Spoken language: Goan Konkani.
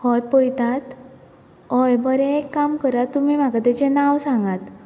हय पयतात हय बरें एक काम करात तुमी म्हाका तेजें नांव सांगात